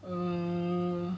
err